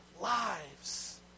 lives